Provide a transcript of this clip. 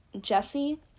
Jesse